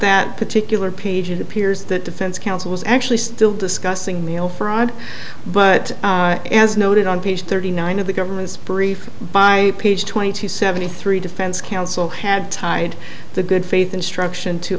that particular peaches appears that defense counsel was actually still discussing mail fraud but as noted on page thirty nine of the government's brief by page twenty two seventy three defense counsel had tied the good faith instruction to